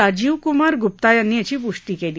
राजीवकुमार गुप्ता यांनी याची पुष्टी केली